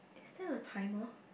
is there a timer